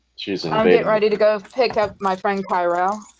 she's ready to go pick up my friend pyro,